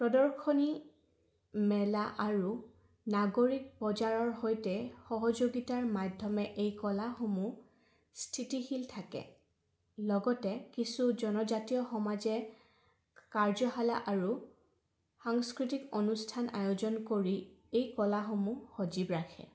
প্ৰদৰ্শনী মেলা আৰু নাগৰিক বজাৰৰ সৈতে সহযোগিতাৰ মাধ্যমে এই কলাসমূহ স্থিতিশীল থাকে লগতে কিছু জনজাতীয় সমাজে কাৰ্যশালা আৰু সাংস্কৃতিক অনুষ্ঠান আয়োজন কৰি এই কলাসমূহ সজীৱ ৰাখে